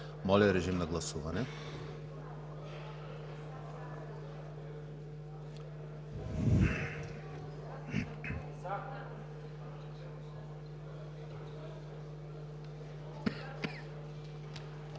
Моля, режим на гласуване